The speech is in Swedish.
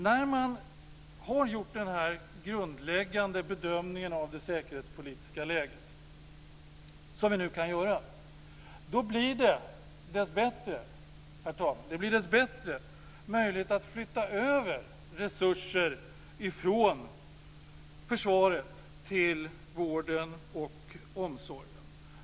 När man har gjort den grundläggande bedömningen av det säkerhetspolitiska läget, som vi nu kan göra, blir det dessbättre möjligt att flytta över resurser från försvaret till vården och omsorgen.